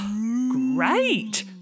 Great